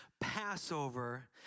Passover